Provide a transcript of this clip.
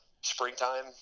springtime